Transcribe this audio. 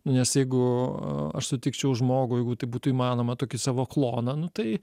nu nes jeigu aš sutikčiau žmogų jeigu tai būtų įmanoma tokį savo kloną nu tai